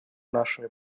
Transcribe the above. нашими